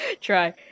try